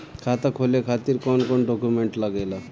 खाता खोले खातिर कौन कौन डॉक्यूमेंट लागेला?